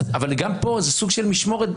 אבל גם פה זה סוג של משמורת,